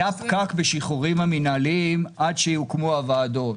היה פקק בשחרורים המינהליים עד שיוקמו הוועדות.